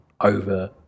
over